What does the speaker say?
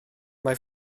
mae